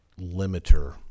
limiter